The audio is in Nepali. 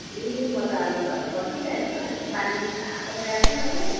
ए म त अब घरमा बसी रहेको छु अहिले त पानी पुरा परिरहेको छ हो